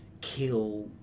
kill